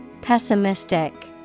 Pessimistic